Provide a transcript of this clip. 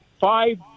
five